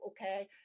okay